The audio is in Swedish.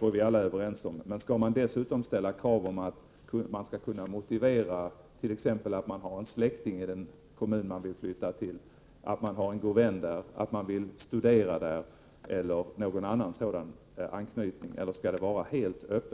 Om det dessutom skall ställas krav på att man skall kunna motivera sin flyttning, t.ex. med att man har släktingar eller en god vän, att man vill studera eller har någon annan anknytning, eller om det skall vara helt öppet